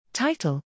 Title